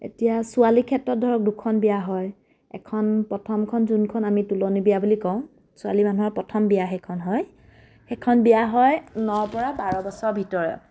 এতিয়া ছোৱালীৰ ক্ষেত্ৰত ধৰক দুখন বিয়া হয় এখন প্ৰথমখন যোনখন আমি তুলনি বিয়া বুলি কওঁ ছোৱালী মানুহৰ প্ৰথম বিয়া সেইখন হয় সেইখন বিয়া হয় ন ৰ পৰা বাৰ বছৰৰ ভিতৰত